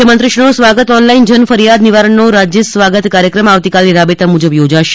મુખ્યમંત્રીશ્રીનો સ્વાગત ઓનલાઈન જનફરિયાદ નિવારણનો રાજ્ય સ્વાગત કાર્યક્રમ આવતીકાલે રાબેતા મુજબ યોજાશે